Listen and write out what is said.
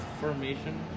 formation